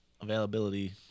availability